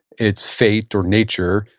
it's fate or nature,